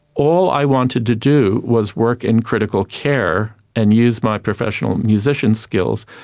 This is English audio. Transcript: all i wanted to do was work in critical care and use my professional musician skills,